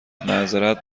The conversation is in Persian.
معذرت